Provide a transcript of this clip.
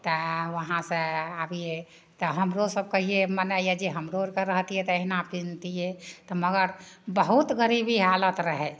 तऽ वहाँसे आबिए तऽ हमरो सभ कहिए मने यऽ जे हमरो आओरके रहतिए तऽ एहिना पिन्हतिए तऽ मगर बहुत गरीबी हालत रहै